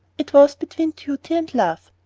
it was between duty and love.